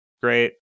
great